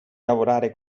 lavorare